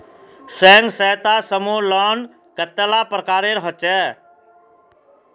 स्वयं सहायता समूह लोन कतेला प्रकारेर होचे?